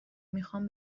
میخوان